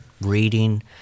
reading